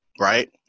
right